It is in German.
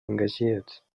engagiert